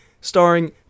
starring